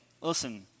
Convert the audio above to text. listen